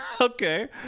Okay